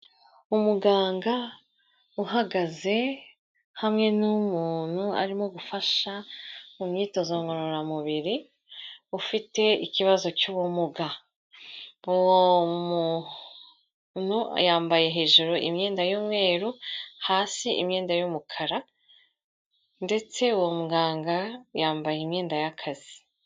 Umuganga uhagaze hamwe n'umuntu arimo gufasha mu myitozo ngororamubiri, ufite ikibazo cy'ubumugantu uwo muntu yambaye hejuru imyenda y'umweru, hasi imyenda y'umukara ndetse uwo muganga yambaye imyenda y'akazi.